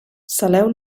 saleu